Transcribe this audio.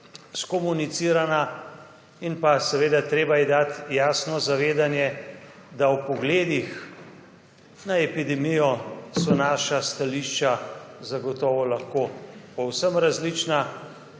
skomunicirana in treba je dati jasno zavedanje, da o pogledih na epidemijo so naša stališča zagotovo lahko povsem različna.